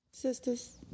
Sisters